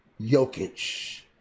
Jokic